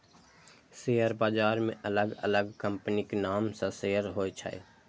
share बाजार मे अलग अलग कंपनीक नाम सं शेयर होइ छै